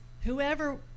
whoever